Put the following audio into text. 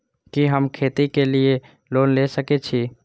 कि हम खेती के लिऐ लोन ले सके छी?